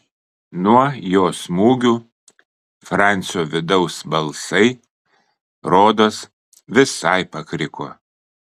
nuo jo smūgių francio vidaus balsai rodos visai pakriko